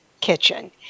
Kitchen